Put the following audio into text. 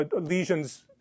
lesions